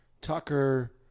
Tucker